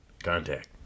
Contact